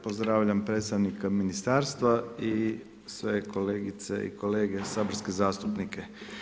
Pozdravljam predstavnika ministarstva i sve kolegice i kolege saborske zastupnike.